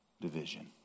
division